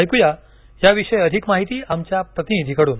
ऐकूया याविषयी अधिक माहिती आमच्या प्रतिनिधीकडून